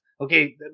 okay